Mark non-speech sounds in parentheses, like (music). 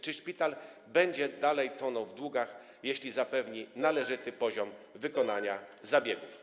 Czy szpital będzie dalej tonął w długach, jeśli zapewni należyty (noise) poziom wykonania zabiegów?